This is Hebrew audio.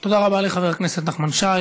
תודה רבה לחבר הכנסת נחמן שי.